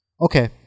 okay